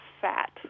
fat